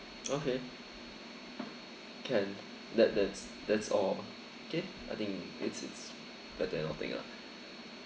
okay can that that's that's all okay I think it's it's better than nothing lah